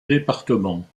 département